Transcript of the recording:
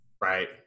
Right